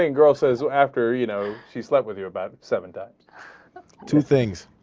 and closer so after you know she slept with you about seven that two things